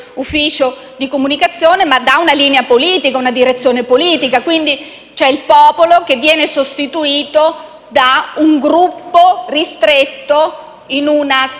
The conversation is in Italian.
di comunicazione ma dà una linea politica, una direzione politica; quindi il popolo viene sostituito da un gruppo ristretto in una stanza